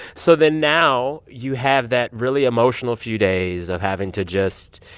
so then now you have that really emotional few days of having to just